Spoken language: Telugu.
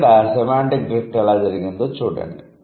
ఇక్కడ 'సెమాంటిక్ డ్రిఫ్ట్' ఎలా జరిగిందో చూడండి